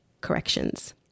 corrections